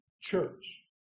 church